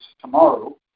tomorrow